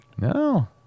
no